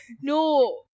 No